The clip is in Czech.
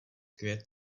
květ